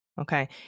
Okay